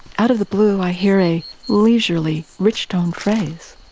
out of the blue i hear a leisurely, rich-toned phrase.